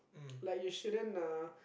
like you shouldn't uh